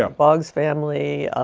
um boggs family,